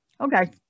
Okay